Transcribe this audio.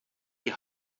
die